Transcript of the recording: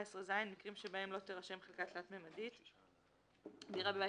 מקרים שבהם לא תירשם חלקה תלת־ממדית 14ז. (א)דירה בבית